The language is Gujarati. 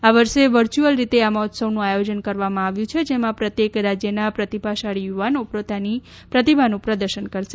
આ વર્ષે વર્ચ્યુઅલ રીતે આ મહોત્સવનું આયોજન કરવામાં આવ્યું છે જેમાં પ્રત્યેક રાજયના પ્રતિભાશાળી યુવાનો પોતાની પ્રતિભાનું પ્રદર્શન કરશે